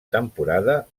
temporada